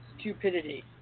stupidity